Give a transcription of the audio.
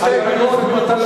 עם מסר של שתי בירות בירושלים,